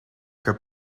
que